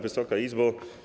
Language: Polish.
Wysoka Izbo!